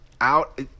out